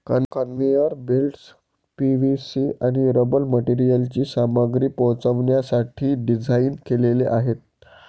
conveyor belts PVC आणि rubber मटेरियलची सामग्री पोहोचवण्यासाठी डिझाइन केलेले आहेत